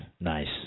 Nice